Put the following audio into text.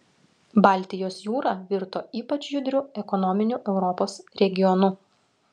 baltijos jūra virto ypač judriu ekonominiu europos regionu